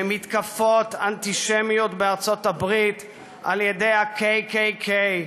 ממתקפות אנטישמיות בארצות הברית על ידי ה-KKK.